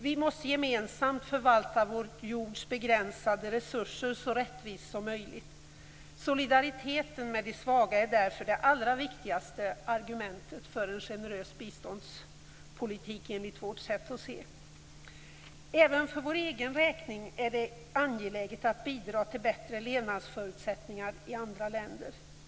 Vi måste gemensamt förvalta vår jords begränsade resurser så rättvist som möjligt. Solidariteten med de svaga är därför det allra viktigaste argumentet för en generös biståndspolitik, enligt vårt sätt att se. Även för vår egen räkning är det angeläget att bidra till bättre levnadsförutsättningar i andra länder.